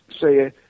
say